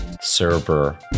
server